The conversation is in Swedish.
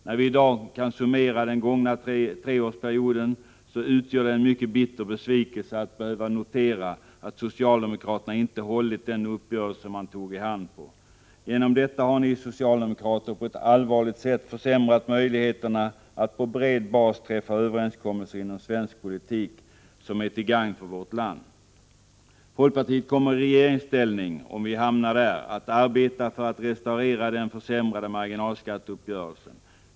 När vi i dag kan summera den gångna treårsperioden utgör det en mycket bitter besvikelse att behöva notera att socialdemokraterna inte hållit den uppgörelsen man tog i hand på. Genom detta har ni socialdemokrater på ett allvarligt sätt försämrat möjligheterna att på bred bas träffa överenskommelser inom svensk politik som är till gagn för vårt land. Folkpartiet kommer i regeringsställning, om vi hamnar där, att arbeta för att restaurera den försämrade marginalskatteuppgörelsen.